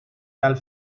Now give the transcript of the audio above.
tal